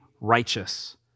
righteous